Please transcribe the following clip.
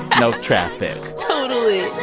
no traffic totally